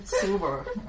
silver